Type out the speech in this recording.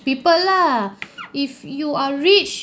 people lah if you are rich